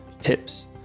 tips